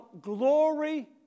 glory